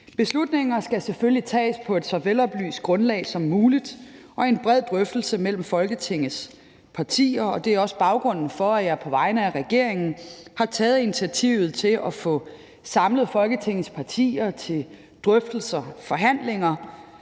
Beslutninger skal selvfølgelig tages på et så veloplyst grundlag som muligt og i en bred drøftelse mellem Folketingets partier. Det er også baggrunden for, at jeg på vegne af regeringen har taget initiativet til at få samlet Folketingets partier til drøftelser og forhandlinger.